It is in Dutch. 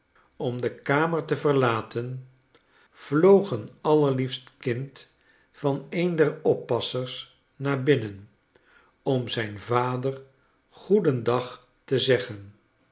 om de kamer te verlaten vloog een allerliefst kind van een der oppassers naar binnen om zijn vader goedendag te zeggen